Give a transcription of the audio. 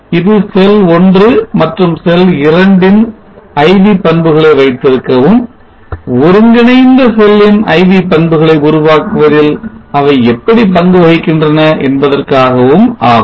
இது செல் 1 மற்றும் செல் 2 ன் IV பண்புகளை வைத்திருக்கவும் ஒருங்கிணைந்த செல்லின் IV பண்புகளை உருவாக்குவதில் அவை எப்படி பங்கு வகிக்கின்றன என்பதற்காகவும் ஆகும்